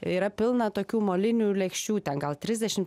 yra pilna tokių molinių lėkščių ten gal trisdešim